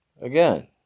Again